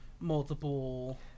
multiple